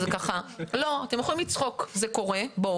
אתם יכולים לצחוק, אבל זה קורה.